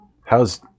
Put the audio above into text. How's